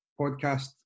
podcast